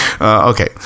Okay